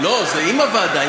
לא, זה עם הוועדה.